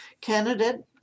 candidate